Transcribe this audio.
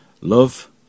love